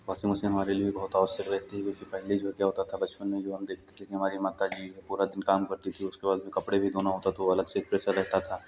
washing machine हमारे लिए बहुत आवश्यक रहती है क्योंकि पहले जो है क्या होता था बचपन में जो हम देखते थे कि हमारी माता जी पूरा दिन काम करती थी उसके बाद भी कपड़े भी धोना होता तो वो अलग से एक प्रेशर रहता था